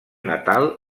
natal